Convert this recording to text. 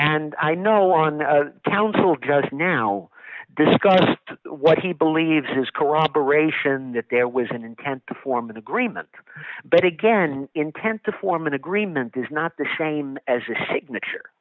and i know on the council just now discussed what he believes is corroboration that there was an intent to form an agreement but again intent to form an agreement is not the same as a signature